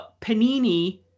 Panini